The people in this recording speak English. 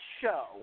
show